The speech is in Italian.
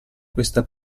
questa